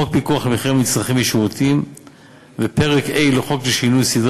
חוק פיקוח על מחירי מצרכים ושירותים ופרק ה' לחוק לשינוי סדרי